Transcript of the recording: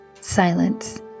silence